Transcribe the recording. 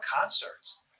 concerts